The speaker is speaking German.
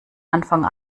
anfang